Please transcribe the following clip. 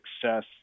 success